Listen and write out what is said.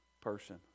person